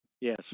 Yes